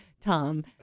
Tom